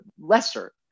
lesser